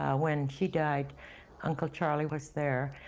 when she died uncle charlie was there,